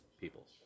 people